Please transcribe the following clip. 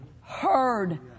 heard